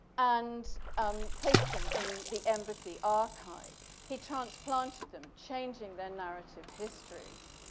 and um placed them in the embassy archive. he transplanted them, changing their narrative histories.